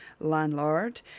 landlord